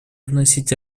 вносить